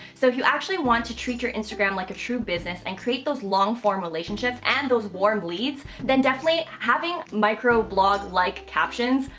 so if you actually want to treat your instagram like a true business and create those long form relationships and those warm leads, then definitely having micro-blog-like captions.